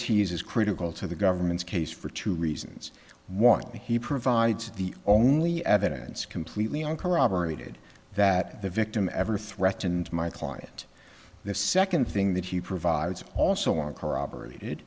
is critical to the government's case for two reasons one he provides the only evidence completely uncorroborated that the victim ever threatened my client the second thing that he provides also